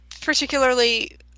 particularly